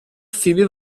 فیبی